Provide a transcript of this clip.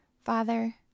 Father